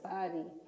body